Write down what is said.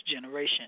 generation